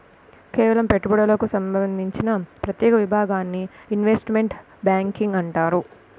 కేవలం పెట్టుబడులకు సంబంధించిన ప్రత్యేక విభాగాన్ని ఇన్వెస్ట్మెంట్ బ్యేంకింగ్ అంటారు